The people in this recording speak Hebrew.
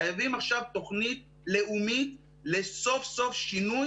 חייבים עכשיו תוכנית לאומית לסוף סוף שינוי